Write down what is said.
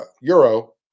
Euro